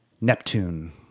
neptune